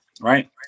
right